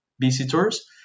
visitors